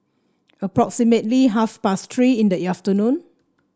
approximately half past Three in the afternoon